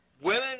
women